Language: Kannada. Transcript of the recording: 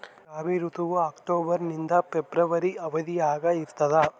ರಾಬಿ ಋತುವು ಅಕ್ಟೋಬರ್ ನಿಂದ ಫೆಬ್ರವರಿ ಅವಧಿಯಾಗ ಇರ್ತದ